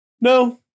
no